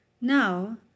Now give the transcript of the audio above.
Now